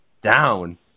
down